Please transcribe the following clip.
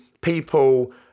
people